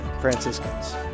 Franciscans